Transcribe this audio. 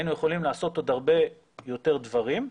היינו יכולים לעשות עוד הרבה יותר דברים,